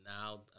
now